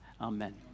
Amen